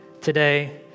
today